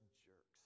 jerks